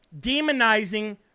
demonizing